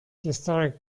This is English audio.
historic